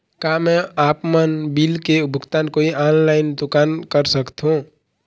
का मैं आपमन बिल के भुगतान कोई ऑनलाइन दुकान कर सकथों?